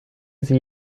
sie